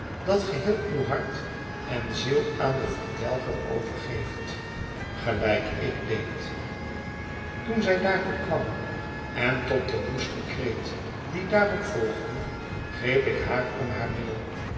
dat geheel uw hart en ziel aan den verdelger overgeeft gelijk ik deed toen zij daartoe kwam en tot den woesten kreet die daarop volgde greep ik haar om haar middel